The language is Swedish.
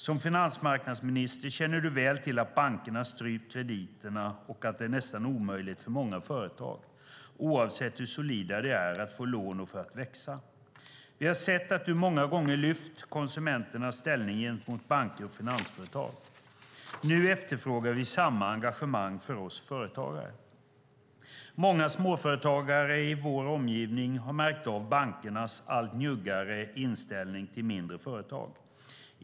Som finansmarknadsminister känner du väl till att bankerna strypt krediterna och att det är nästan omöjligt för många företag oavsett hur solida de är att få lån och kunna växa. Vi har sett att du många gånger lyft konsumenternas ställning gentemot banker och finansföretag. Nu efterfrågar vi samma engagemang för oss företagare. Många småföretagare i vår omgivning har märkt av bankernas allt njuggare inställning till mindre företag.